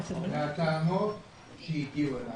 -- מקצת מן הטענות שהגיעו אליי.